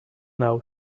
now